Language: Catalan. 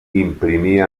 imprimir